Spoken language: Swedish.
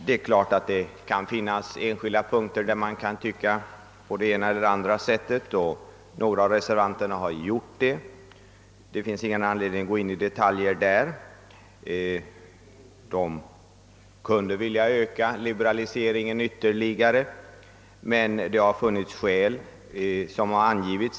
Det är klart att man kan ha avvikande mening på enskilda punkter, och några av utskottsledamöterna har i reservation 1 anfört en annan mening. Det finns ingen anledning att gå in på detaljer; reservanterna har velat åstadkomma en ytterligare liberalisering.